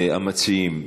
המציעים,